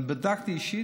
בדקתי אישית,